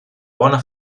bona